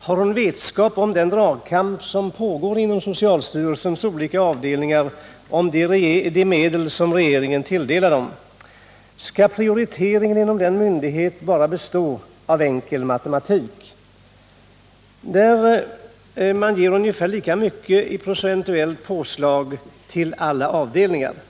Har hon vetskap om den dragkamp som pågår inom socialstyrelsens olika avdelningar om de medel som regeringen tilldelar dem? Skall ”prioriteringen” inom den myndigheten bara bestå i enkel matematik, där man ger ungefär lika mycket i procentuellt påslag till alla avdelningarna?